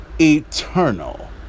eternal